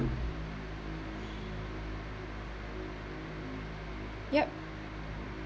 yup